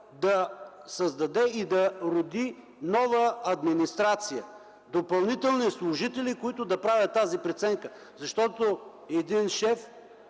ще създаде и роди нова администрация – допълнителни служители, които да правят тази преценка. Защото един шеф,